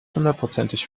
hundertprozentig